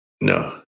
No